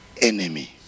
enemy